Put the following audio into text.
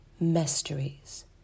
mysteries